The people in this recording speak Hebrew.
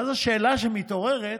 ואז השאלה שמתעוררת: